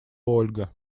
ольга